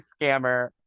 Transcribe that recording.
scammer